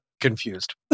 confused